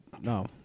no